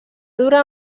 durar